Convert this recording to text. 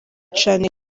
cane